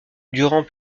durant